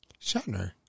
Shatner